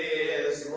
is